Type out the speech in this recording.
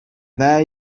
there